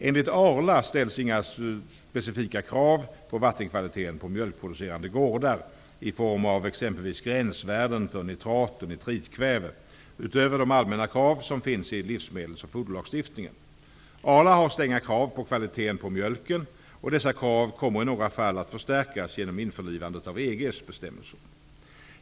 Enligt Arla ställs inga specifika krav på vattenkvaliteten på mjölkproducerande gårdar, i form av exempelvis gränsvärden för nitrat och nitritkväve, utöver de allmänna krav som finns i livsmedels och foderlagstiftningen. Arla har stränga krav på kvaliteten på mjölken, och dessa krav kommer i några fall att förstärkas genom införlivandet av EG:s bestämmelser.